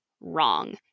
wrong